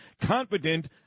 confident